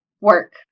work